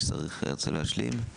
להשלים?